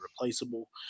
replaceable